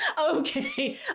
Okay